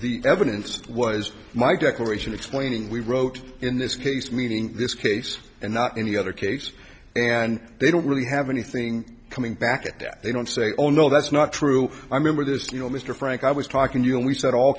the evidence that was my declaration explaining we wrote in this case meeting this case and not in the other case and they don't really have anything coming back at that they don't say oh no that's not true i remember this you know mr frank i was talking you know we said all